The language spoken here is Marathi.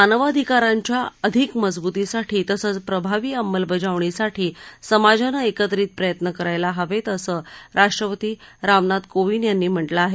मानवाधिकारांच्या अधिक मजबुतीसाठी तसंच प्रभावी अंमलबजावणीसाठी समाजानं एकत्रित प्रयत्न करायला हवेत असं राष्ट्रपती रामनाथ कोविंद यांनी म्हटलं आहे